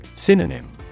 Synonym